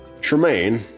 Tremaine